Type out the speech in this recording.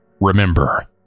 remember